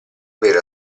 aver